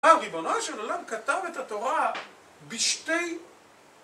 הריבונו של העולם כתב את התורה בשתי...